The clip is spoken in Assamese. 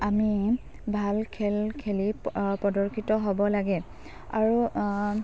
আমি ভাল খেল খেলি প্ৰদৰ্শিত হ'ব লাগে আৰু